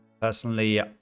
personally